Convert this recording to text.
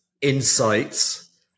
insights